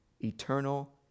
eternal